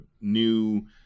New